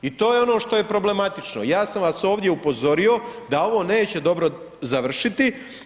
I to je ono što je problematično, ja sam vas ovdje upozorio da ovo neće dobro završiti.